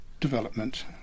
development